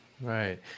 Right